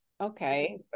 Okay